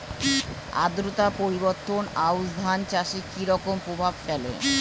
আদ্রতা পরিবর্তন আউশ ধান চাষে কি রকম প্রভাব ফেলে?